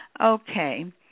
Okay